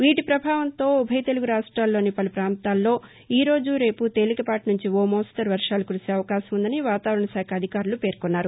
వీటి ప్రభావంతో ఉభయ తెలుగు రాష్ట్రాల్లోని పలు ప్రాంతాల్లో ఈరోజు రేపు తేలికపాటి నుంచి ఒక మోస్తరు వర్షాలు కురిసే అవకాశం ఉందని వాతావరణ శాఖ అధికారులు పేర్కొన్నారు